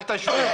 אל תשווה.